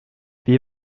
wie